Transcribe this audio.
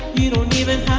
you don't even